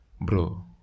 bro